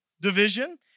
division